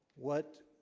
what?